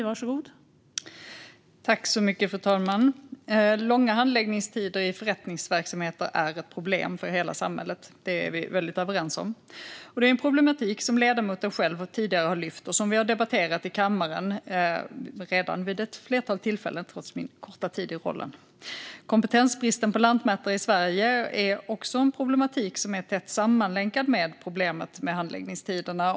Fru talman! Långa handläggningstider i förrättningsverksamheter är ett problem för hela samhället - det är vi väldigt överens om. Det är en problematik som ledamoten själv tidigare har lyft upp och som vi redan har debatterat vid ett flertal tillfällen i kammaren, trots min korta tid i rollen. Kompetensbristen när det gäller lantmätare i Sverige är också en problematik som är tätt sammanlänkad med problemet med handläggningstiderna.